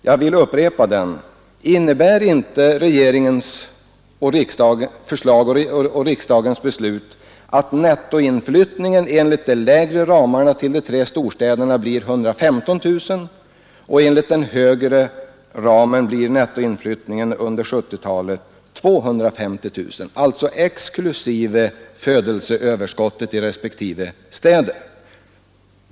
Jag vill upprepa den: Innebär inte regeringens förslag och riksdagens beslut att nettoinflyttningen till de tre storstäderna under 1970-talet enligt de lägre ramarna blir 115 000 och enligt de högre ramarna 250 000 — exklusive födelseöverskottet i respektive städer?